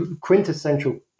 quintessential